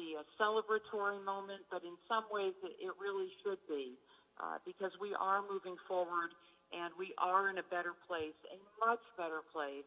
the celebre torne moment but in some ways it really should be because we are moving forward and we are in a better place a much better place